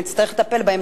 שנצטרך לטפל בהן,